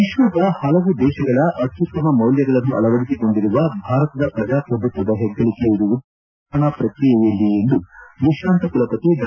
ವಿಶ್ವದ ಪಲವು ದೇಶಗಳ ಅತ್ಯುತ್ತಮ ಮೌಲ್ಯಗಳನ್ನು ಅಳವಡಿಸಿಕೊಂಡಿರುವ ಭಾರತದ ಪ್ರಜಾಪ್ರಭುತ್ತದ ಹೆಗ್ಗಳಿಕ ಇರುವುದೇ ಇಲ್ಲಿನ ಚುನಾವನಾ ಪ್ರಕ್ರಿಯೆಯಲ್ಲಿ ಎಂದು ವಿಶ್ರಾಂತ ಕುಲಪತಿ ಡಾ